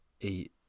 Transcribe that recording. eight